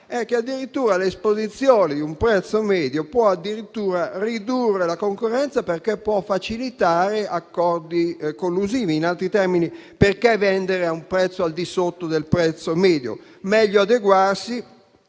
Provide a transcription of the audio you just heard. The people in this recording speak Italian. è che l'esposizione di un prezzo medio può addirittura ridurre la concorrenza, perché può facilitare accordi collusivi. In altri termini, perché vendere a un prezzo al di sotto di quello medio? Meglio adeguarsi